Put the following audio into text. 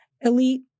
elite